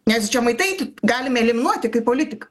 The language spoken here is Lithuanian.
nes žemaitaitį galim eliminuoti kaip politiką